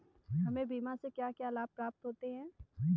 हमें बीमा से क्या क्या लाभ प्राप्त होते हैं?